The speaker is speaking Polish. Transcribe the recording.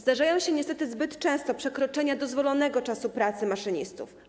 Zdarzają się niestety zbyt często przekroczenia dozwolonego czasu pracy maszynistów.